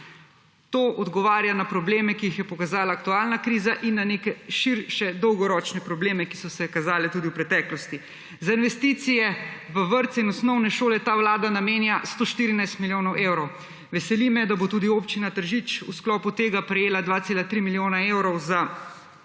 To odgovarja na probleme, ki jih je pokazala aktualna kriza in na neke širše dolgoročne probleme, ki so se kazale tudi v preteklosti. Za investicije v vrtce in osnovne šole je ta Vlada namenja 114 milijonov evrov. Veseli me, da bo tudi Občina Tržič v sklopu tega prejela 2,3 milijona evrov za